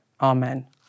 amen